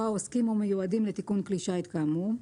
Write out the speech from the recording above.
או העוסקים או מיועדים לתיקון כלי שיט כאמור,